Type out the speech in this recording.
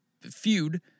feud